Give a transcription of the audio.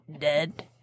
Dead